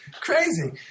crazy